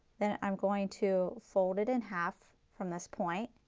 then i am going to fold it in half from this point